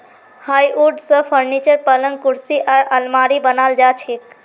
hardwood स furniture, पलंग कुर्सी आर आलमारी बनाल जा छेक